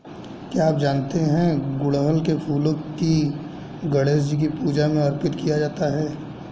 क्या आप जानते है गुड़हल के फूलों को गणेशजी की पूजा में अर्पित किया जाता है?